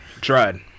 tried